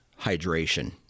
hydration